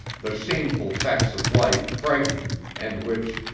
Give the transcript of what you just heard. the shameful facts of life frightened, and which,